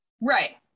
Right